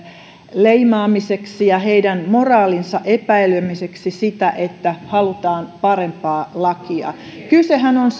leimaamiseksi ja heidän moraalinsa epäilemiseksi sitä että halutaan parempaa lakia kysehän on